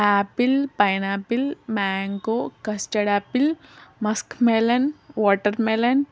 Apple pineapple mango custard apple muskmelon watermelon